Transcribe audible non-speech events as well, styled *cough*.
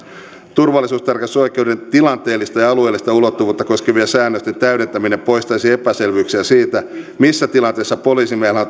turvallisuustarkastusoikeuden tilanteellista ja alueellista ulottuvuutta koskevien säännösten täydentäminen poistaisi epäselvyyksiä siitä missä tilanteessa poliisimiehellä *unintelligible*